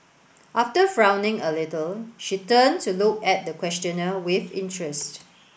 after frowning a little she turned to look at the questioner with interest